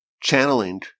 channeling